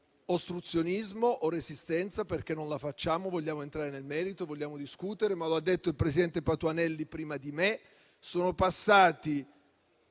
ostruzionismo o resistenza perché non la facciamo, vogliamo entrare nel merito, vogliamo discutere. Come ha detto però il presidente Patuanelli prima di me, sono passati